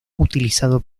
utilizado